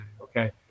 okay